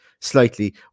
slightly